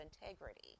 Integrity